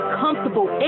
comfortable